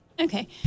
Okay